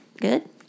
good